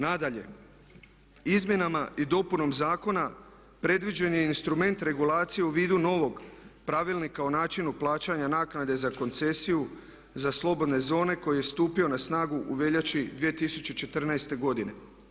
Nadalje izmjenama i dopunom zakona predviđen je i instrument regulacije u vidu novog Pravilnika o načinu plaćanja naknade za koncesiju za slobodne zone koji je stupio na snagu u veljači 2014. godine.